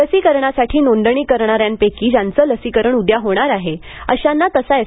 लसीकरणासाठी नोंदणी करणाऱ्यांपैकी ज्यांचं लसीकरण उद्या होणार आहे अशांना तसा एस